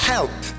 Help